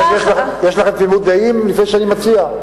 יש לכם תמימות דעים לפני שאני מציע?